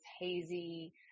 hazy